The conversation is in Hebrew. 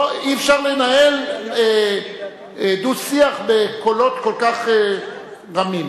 אי-אפשר לנהל דו-שיח בקולות כל כך רמים.